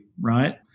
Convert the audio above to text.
right